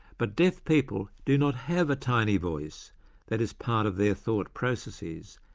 but deaf people do not have a tiny voice that is part of their thought processes,